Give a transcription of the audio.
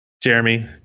Jeremy